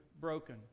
broken